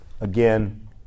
again